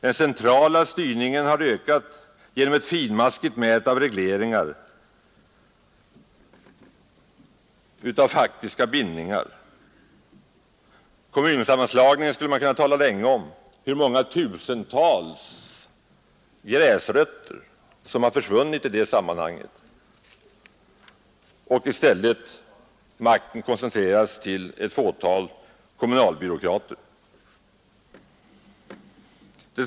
Den centrala styrningen har ökat genom ett finmaskigt nät av regleringar och av faktiska bindningar. Man skulle kunna tala länge om kommunsammanslagningen liksom om hur många tusentals gräsrötter som försvunnit i det sammanhanget och i stället makten koncentrerats till ett fåtal kommunalbyråkrater.